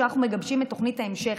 כשאנחנו מגבשים את תוכנית ההמשך,